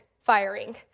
firing